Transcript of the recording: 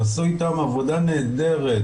עשו אתן עבודה נהדרת,